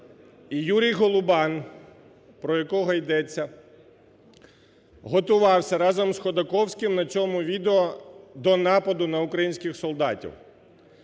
І Юрій Голубан, про якого йдеться, готувався разом з Ходаковським, на цьому відео, до нападу на українських солдатів.